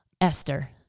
Esther